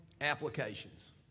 applications